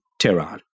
Tehran